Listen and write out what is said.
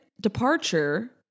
departure